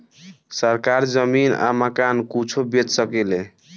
सरकार जमीन आ मकान कुछो बेच सके ले